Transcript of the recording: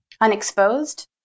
unexposed